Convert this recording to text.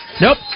Nope